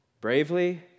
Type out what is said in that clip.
bravely